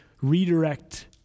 redirect